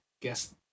Guess